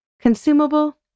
Consumable